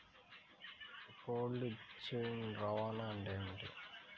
Cold chain రవాణా అంటే ఏమిటీ?